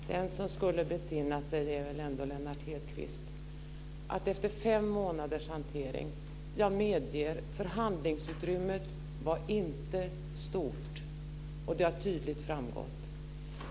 Fru talman! Den som skulle besinna sig är väl ändå Lennart Hedquist, efter fem månaders hantering. Jag medger att förhandlingsutrymmet inte var stort, och det har tydligt framgått.